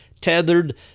tethered